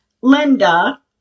Linda